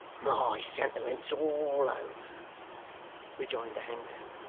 my sentiments all over rejoined the hangman.